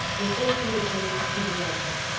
if this be the case, he deserves you.